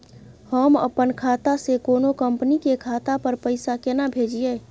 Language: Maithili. हम अपन खाता से कोनो कंपनी के खाता पर पैसा केना भेजिए?